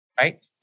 Right